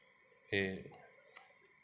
फिर